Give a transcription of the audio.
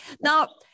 Now